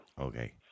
Okay